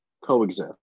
coexist